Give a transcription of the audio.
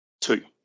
Two